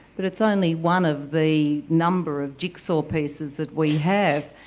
but it's only one of the number of jigsaw pieces that we have.